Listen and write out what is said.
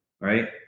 right